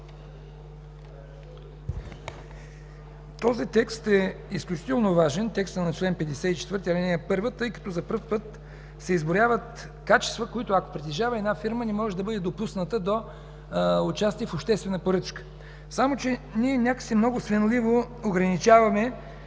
Този текст е изключително важен – текстът на чл. 54, ал. 1, тъй като за първи път се изброяват качества, които, ако ги притежава една фирма, не може да бъде допусната до участие в обществена поръчка. Само че ние някак си много свенливо ограничаваме